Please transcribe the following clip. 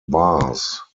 bars